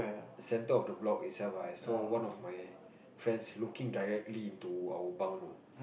center of the block itself I saw one of my friends looking directly into our bunk know